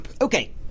okay